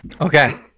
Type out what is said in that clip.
Okay